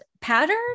pattern